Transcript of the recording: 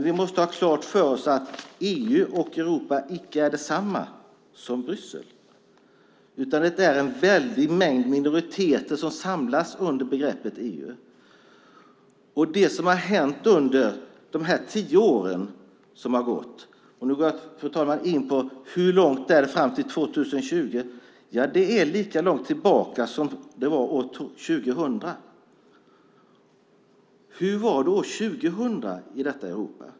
Vi måste ha klart för oss att EU och Europa icke är detsamma som Bryssel. Det är en väldig mängd minoriteter som samlas under begreppet EU. Fru talman! Nu går jag in på frågan: Hur långt är det fram till 2020? Det är lika långt som det är tillbaka till år 2000. Hur var då år 2000 i detta Europa?